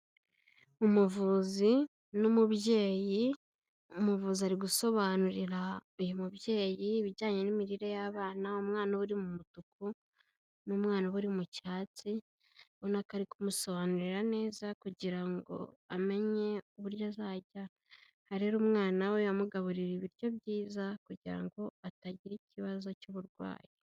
Umuvuzi n'umubyeyi, umuvuzi ari gusobanurira uyu mubyeyi ibijyanye n'imirire y'abana, umwana uba uri mu mutuku n'umwana uba uri mu cyatsi, ubona ko ari kumusobanurira neza kugira ngo amenye uburyo azajya arera umwana we, amugaburira ibiryo byiza kugira ngo atagira ikibazo cy'uburwayi.